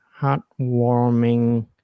heartwarming